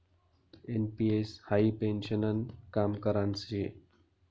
NPS हाई पेन्शननं काम करान शे